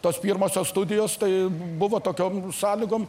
tos pirmosios studijos tai buvo tokiom sąlygom